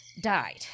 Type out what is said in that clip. died